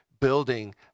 building